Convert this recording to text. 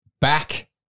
back